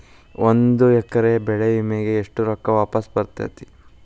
ಒಂದು ಎಕರೆ ಬೆಳೆ ವಿಮೆಗೆ ಎಷ್ಟ ರೊಕ್ಕ ವಾಪಸ್ ಬರತೇತಿ?